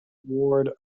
ward